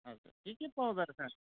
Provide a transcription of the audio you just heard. हजुर के के पाउँदो रहेछ